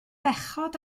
bechod